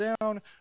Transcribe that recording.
down